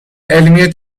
علمی